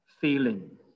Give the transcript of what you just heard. feeling